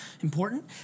important